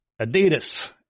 Adidas